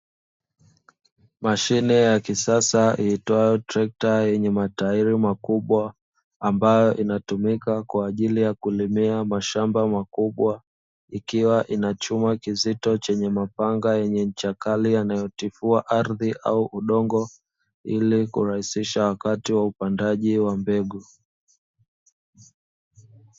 Mashine ya kisasa iitwayo trekta yenye matairi makubwa, ambayo inatumika kwa ajili ya kulimia mashamba makubwa, ikiwa ina chuma kizito chenye mapanga yenye ncha kali, yanayotifua ardhi au udongo, ilu kurahisisha wakati wa upandaji wa mbegu.